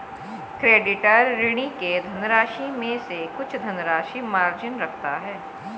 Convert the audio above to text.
creditor, ऋणी के धनराशि में से कुछ धनराशि मार्जिन रखता है